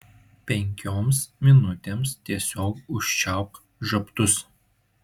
penkioms minutėms tiesiog užčiaupk žabtus